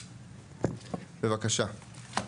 בבקשה.